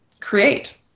create